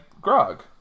Grog